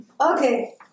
Okay